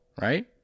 right